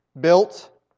built